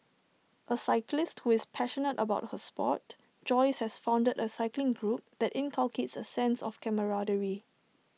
A cyclist who is passionate about her Sport Joyce has founded A cycling group that inculcates A sense of camaraderie